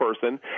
person